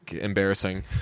embarrassing